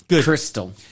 crystal